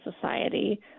society